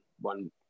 one